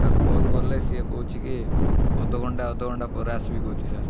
ତାକୁ କଲ୍ କଲେ ସିଏ କହୁଛି କି ଅଧଘଣ୍ଟା ଅଧଘଣ୍ଟା ପରେ ଆସିବି କହୁଛି ସାର୍